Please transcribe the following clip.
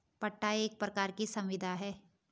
पट्टा एक प्रकार की संविदा है